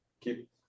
keep